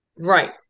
Right